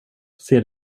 ser